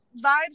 vibes